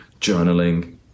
journaling